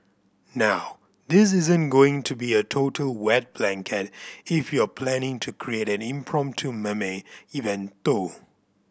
now this isn't going to be a total wet blanket if you're planning to create an impromptu meme event though